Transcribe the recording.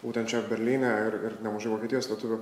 būtent čia berlyne ir ir nemažai vokietijos lietuvių